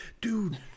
dude